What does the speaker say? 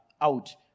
out